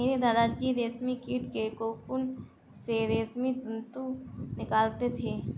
मेरे दादा जी रेशमी कीट के कोकून से रेशमी तंतु निकालते थे